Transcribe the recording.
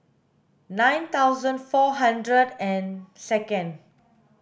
nine thousand four hundred and second